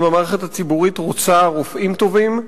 אם המערכת הציבורית רוצה רופאים טובים,